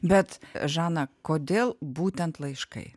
bet žana kodėl būtent laiškai